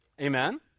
Amen